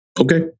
Okay